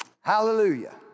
Hallelujah